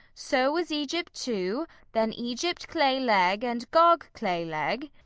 so was egypt, too then egypt-clay-leg, and gog-clay-leg